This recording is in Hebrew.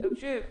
תקשיב.